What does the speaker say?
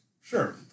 Sure